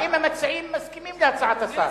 האם המציעים מסכימים להצעת השר?